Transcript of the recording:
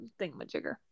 thingamajigger